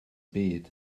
byd